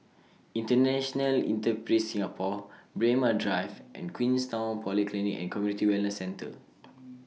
International Enterprise Singapore Braemar Drive and Queenstown Polyclinic and Community Wellness Centre